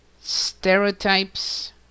stereotypes